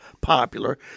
popular